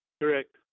Correct